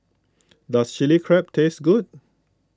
does Chili Crab taste good